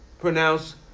pronounced